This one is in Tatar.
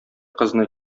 кызны